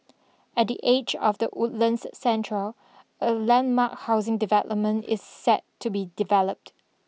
at the edge of the Woodlands Central a landmark housing development is set to be developed